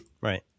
Right